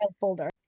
folder